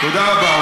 תודה רבה.